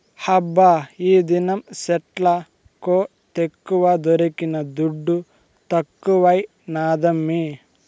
హబ్బా ఈదినం సెట్ల కోతెక్కువ దొరికిన దుడ్డు తక్కువైనాదమ్మీ